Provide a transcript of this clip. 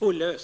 nr 1.